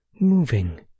moving